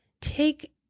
Take